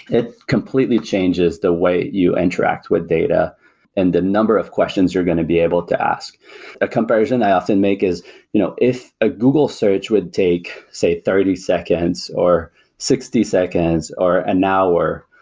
it completely changes the way you interact with data and the number of questions you're going to be able to ask a comparison i often make is you know if a google search would take, say thirty seconds, or sixty seconds, or an hour,